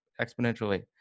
exponentially